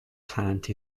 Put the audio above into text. plant